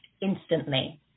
instantly